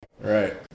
Right